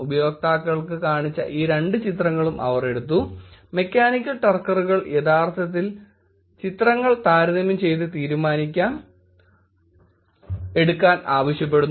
ഉപയോക്താക്കൾക്ക് കാണിച്ച ഈ രണ്ട് ചിത്രങ്ങളും അവർ എടുത്തു മെക്കാനിക്കൽ ടർക്കറുകൾ യഥാർത്ഥത്തിൽ ചിത്രങ്ങൾ താരതമ്യം ചെയ്ത് തീരുമാനം എടുക്കാൻ ആവശ്യപ്പെടുന്നു